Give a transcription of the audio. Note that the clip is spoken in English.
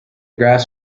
grass